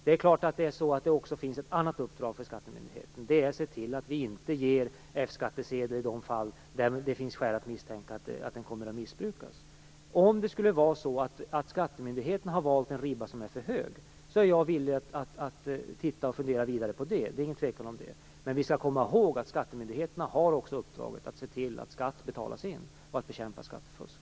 Det är klart att det också finns ett annat uppdrag för skattemyndigheten, nämligen att se till att inte ge F-skattsedel i de fall där det finns skäl att misstänka att den kommer att missbrukas. Om det skulle vara så att skattemyndigheterna har valt att sätta ribban för högt är jag villig att titta på och fundera vidare på det, det råder inget tvivel om den saken. Men vi skall komma ihåg att skattemyndigheterna också har uppdraget att se till att skatt betalas in och att bekämpa skattefusk.